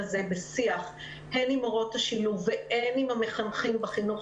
מתקיים שיח עם מורות השילוב ועם מחנכים בחינוך